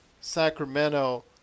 Sacramento